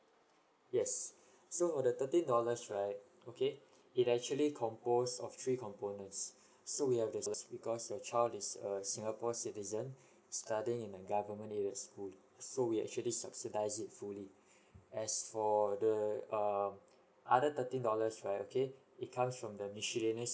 yes so on the thirteen dollars right okay it actually compose of three components so we have these because your child is a singapore citizen studying in a government aided school so we actually subsidise it fully as for the um other thirteen dollars right okay it comes from the miscellaneous